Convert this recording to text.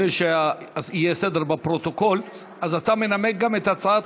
כדי שיהיה סדר בפרוטוקול: אתה מנמק גם את הצעת